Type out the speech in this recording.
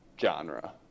genre